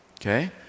Okay